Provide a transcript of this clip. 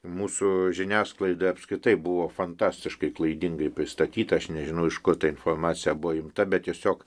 mūsų žiniasklaidai apskritai buvo fantastiškai klaidingai pristatyti aš nežinau iš kur ta informacija buvo imta bet tiesiog